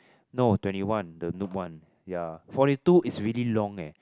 no twenty one the loop one ya forty two is really long eh